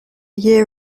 year